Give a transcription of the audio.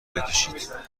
بکشید